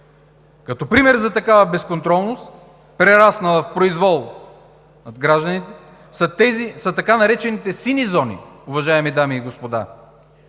Като пример за такава безконтролност, прераснала в произвол над гражданите, са така наречените „сини зони“, уважаеми дами и господа.